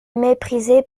méprisé